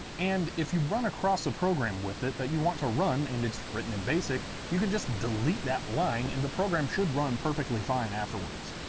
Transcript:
and if you come across a program with it that you want to run and it's written in basic you can just delete that line and the program should run perfectly fine afterwards.